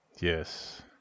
Yes